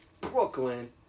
Brooklyn